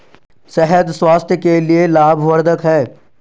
शहद स्वास्थ्य के लिए लाभवर्धक है